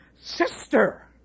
sister